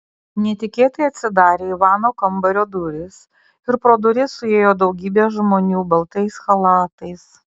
netikėtai atsidarė ivano kambario durys ir pro duris suėjo daugybė žmonių baltais chalatais